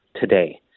today